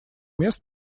мест